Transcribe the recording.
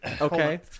Okay